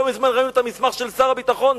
לא מזמן ראינו את המסמך של שר הביטחון,